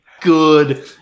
good